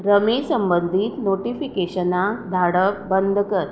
rummy संबंदीत नोटीफिकेशनां धाडप बंद कर